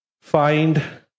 find